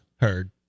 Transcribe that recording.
Heard